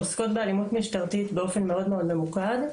עוסקות באלימות משטרתית באופן מאוד מאוד ממוקד.